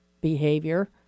behavior